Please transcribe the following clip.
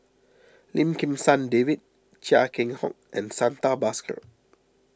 Lim Kim San David Chia Keng Hock and Santha Bhaskar